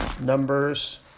Numbers